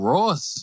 Ross